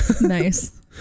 Nice